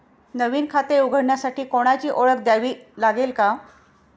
नवीन खाते उघडण्यासाठी कोणाची ओळख द्यावी लागेल का?